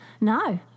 No